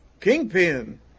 Kingpin